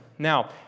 Now